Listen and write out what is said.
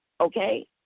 okay